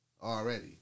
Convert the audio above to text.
already